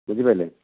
ବୁଝିପାରିଲେ